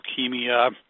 leukemia